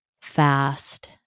fast